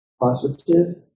positive